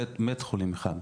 בית חולים אחד.